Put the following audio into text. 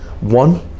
One